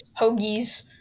hoagies